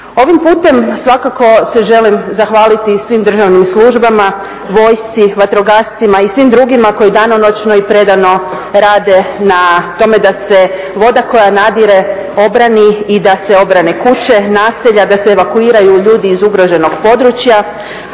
Ovim putem svakako se želim zahvaliti svim državnim službama, vojsci, vatrogascima i svim drugima koji danonoćno i predano rade na tome da se voda koja nadire obrani i da se obrane kuće, naselja, da se evakuiraju ljudi iz ugroženog područja.